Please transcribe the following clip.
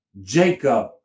Jacob